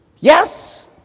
Yes